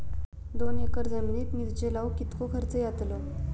दोन एकर जमिनीत मिरचे लाऊक कितको खर्च यातलो?